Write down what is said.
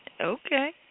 Okay